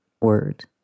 word